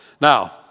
Now